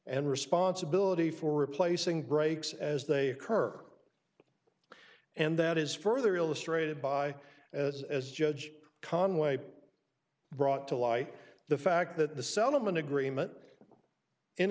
and responsibility for replacing brakes as they occur and that is further illustrated by as as judge conway brought to light the fact that the seligman agreement in